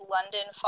London